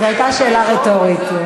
זו הייתה שאלה רטורית.